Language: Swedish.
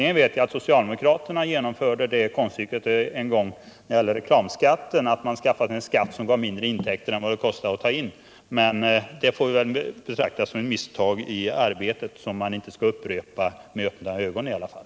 Jag vet att socialdemokraterna när det gällde reklamskatten lyckades med konststycket att införa en skatt som gav mindre i inkomster än den kostade att ta in, men det får vi väl betrakta som ett olycksfall i arbetet. som man i alla fall inte kommer att upprepa med öppna ögon.